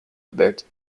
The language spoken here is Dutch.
gebeurt